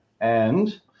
and-